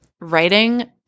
writing